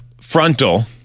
frontal